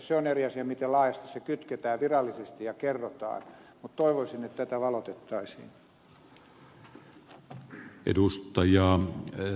se on eri asia miten laajasti se kytketään virallisesti ja kerrotaan mutta toivoisin että tätä valotettaisiin